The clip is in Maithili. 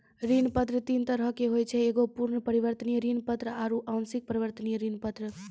ऋण पत्र तीन तरहो के होय छै एगो पूर्ण परिवर्तनीय ऋण पत्र आरु आंशिक परिवर्तनीय ऋण पत्र